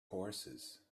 horses